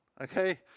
okay